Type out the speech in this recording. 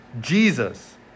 Jesus